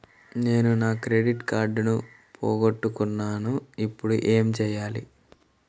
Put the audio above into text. నేను నా క్రెడిట్ కార్డును పోగొట్టుకున్నాను ఇపుడు ఏం చేయాలి?